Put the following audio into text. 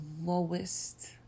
lowest